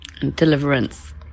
deliverance